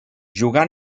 jugà